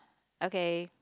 okay